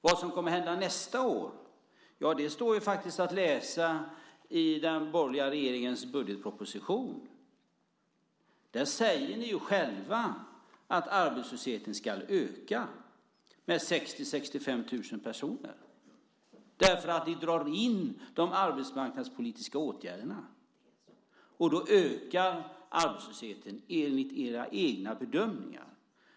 Vad som kommer att hända nästa år står att läsa i den borgerliga regeringens budgetproposition. Där säger ni själva att arbetslösheten ska öka med 60 000-65 000 personer eftersom ni drar in de arbetsmarknadspolitiska åtgärderna. Då ökar arbetslösheten, enligt era egna bedömningar.